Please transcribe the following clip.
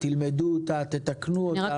ילמד אותה ויתקן אותה.